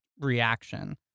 reaction